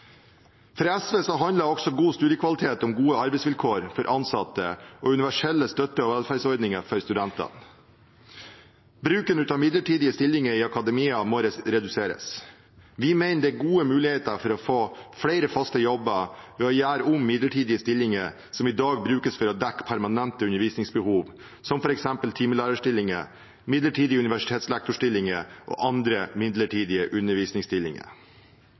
For SV handler også god studiekvalitet om gode arbeidsvilkår for ansatte og universelle støtte- og velferdsordninger for studentene. Bruken av midlertidige stillinger i akademia må reduseres. Vi mener det er gode muligheter for å få flere faste jobber ved å gjøre om midlertidige stillinger som i dag brukes for å dekke permanente undervisningsbehov, som f.eks. timelærerstillinger, midlertidige universitetslektorstillinger og andre midlertidige undervisningsstillinger.